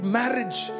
marriage